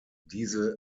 diese